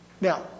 Now